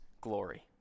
glory